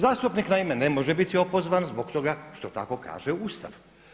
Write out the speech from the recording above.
Zastupnik naime ne može biti opozvan zbog toga što tako kaže Ustav.